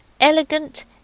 elegant